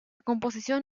composición